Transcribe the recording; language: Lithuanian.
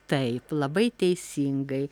taip labai teisingai